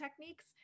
techniques